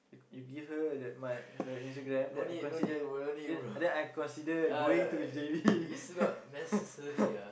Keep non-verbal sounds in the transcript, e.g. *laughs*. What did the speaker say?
you give her the my her Instagram then I consider then I then I consider going to J_B *laughs*